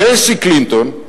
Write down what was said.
צ'לסי קלינטון,